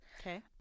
Okay